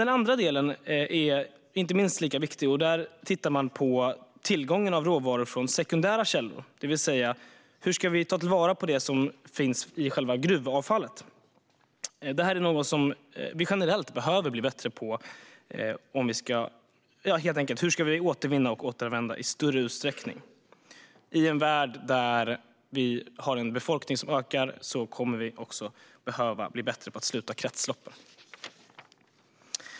Den andra delen är minst lika viktig, och där tittar man på tillgången av råvaror från sekundära källor, det vill säga hur vi ska ta till vara det som finns i själva gruvavfallet. Detta är något vi generellt behöver bli bättre på. Hur kan vi återvinna och återanvända i större utsträckning? I en värld med ökande befolkning kommer vi att behöva bli bättre på att sluta kretsloppen.